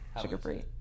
Sugar-free